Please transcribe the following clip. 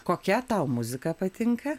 kokia tau muzika patinka